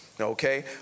Okay